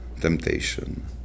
temptation